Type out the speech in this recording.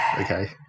okay